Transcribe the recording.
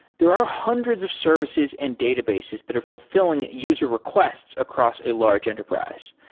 there are hundreds of services and databases that are fulfi lling user requests across a large enterprise.